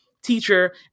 teacher